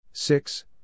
Six